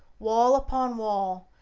wall upon wall,